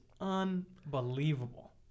unbelievable